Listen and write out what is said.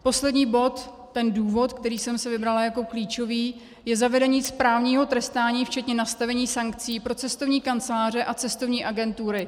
Poslední bod, ten důvod, který jsem si vybrala jako klíčový, je zavedení správního trestání včetně nastavení sankcí pro cestovní kanceláře a cestovní agentury.